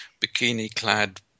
bikini-clad